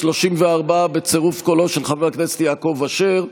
34 בצירוף קולו של חבר הכנסת יעקב אשר.